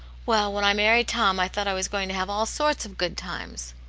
well, when i married tom, i thought i was going to have all sorts of good times.